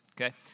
Okay